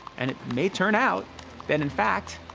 and it may turn out that, in fact,